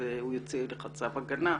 הוא יוציא לך צו הגנה.